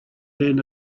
learn